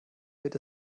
wird